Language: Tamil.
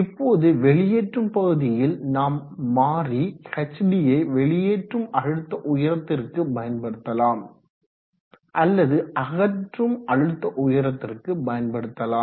இப்போது வெளியேற்றும் பகுதியில் நாம் மாறி hd யை வெளியேற்றும் அழுத்த உயரத்திற்கு பயன்படுத்தலாம் அல்லது அகற்றும் அழுத்த உயரத்திற்கு பயன்படுத்தலாம்